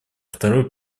второй